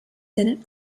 senate